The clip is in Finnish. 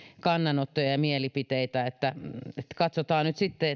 kannanottoja ja mielipiteitä katsotaan nyt sitten